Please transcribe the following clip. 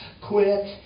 quit